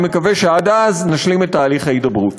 אני מקווה שעד אז נשלים את תהליך ההידברות.